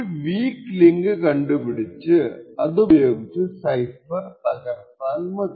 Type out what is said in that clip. ഒരു weak link കണ്ടുപിടിച്ചു അതുപയോഗിച്ചു സൈഫർ തകർത്താൽ മതി